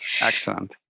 Excellent